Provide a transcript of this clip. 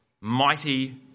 mighty